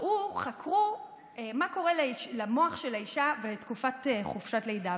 חקרו מה קורה למוח של האישה בתקופת חופשת לידה,